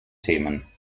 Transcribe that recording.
themen